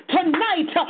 Tonight